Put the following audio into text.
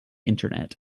internet